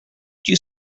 you